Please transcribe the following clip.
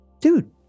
dude